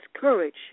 courage